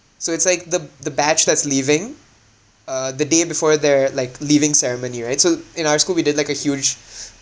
so it's like the the batch that's leaving uh the day before their like leaving ceremony right so in our school we did like a huge